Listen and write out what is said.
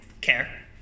care